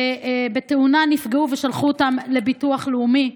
ונפצעו בתאונה ושלחו אותם לביטוח לאומי.